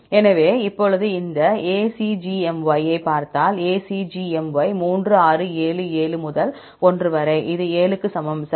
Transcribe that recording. எனவே இப்போது இந்த ACGMY ஐப் பார்த்தால் ACGMY 3 6 7 7 முதல் 1 வரை இது 7 க்கு சமம் சரி